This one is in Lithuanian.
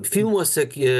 filmuose jie